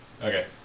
Okay